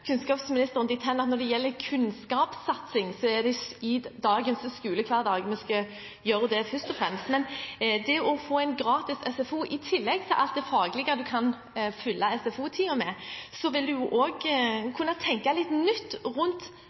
kunnskapsministeren dit hen at når det gjelder kunnskapssatsing, er det i dagens skolehverdag vi først og fremst skal gjøre det, men det å få en gratis SFO i tillegg til alt det faglige en kan fylle SFO-tiden med, vil jo også gjøre at en kan tenke litt nytt rundt